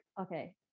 okay